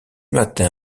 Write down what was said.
matin